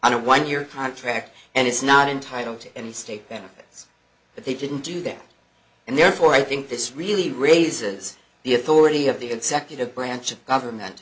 on a one year contract and it's not entitled to any state benefits but they didn't do that and therefore i think this really raises the authority of the executive branch of government